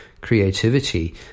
creativity